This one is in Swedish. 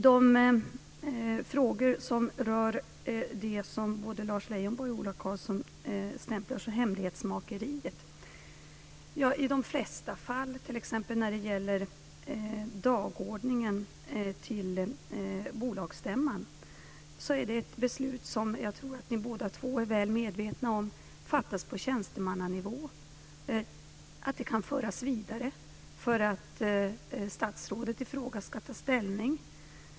De frågor som rör det som både Lars Leijonborg och Ola Karlsson stämplar som hemlighetsmakeri är i de flesta fall, t.ex. när det gäller dagordningen för bolagsstämman, beslut som fattas på tjänstemannanivå - jag tror att båda är medvetna om det. De kan föras vidare för att statsrådet i fråga ska ta ställning.